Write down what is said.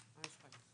בבקשה.